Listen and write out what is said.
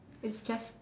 it's just